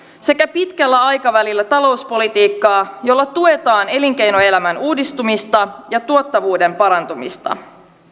sekä pitkällä aikavälillä talouspolitiikkaa jolla tuetaan elinkeinoelämän uudistumista ja tuottavuuden parantumista